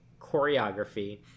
choreography